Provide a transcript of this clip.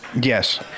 Yes